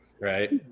Right